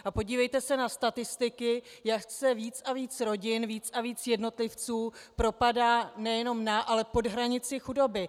A podívejte se na statistiky, jak se víc a víc rodin, víc a víc jednotlivců propadá nejenom na, ale i pod hranici chudoby.